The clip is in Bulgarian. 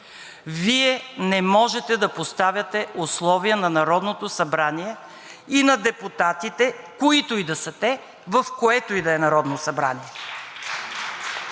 Вие не можете да поставяте условия на Народното събрание и на депутатите, които и да са те, в което и да е Народно събрание.